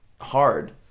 hard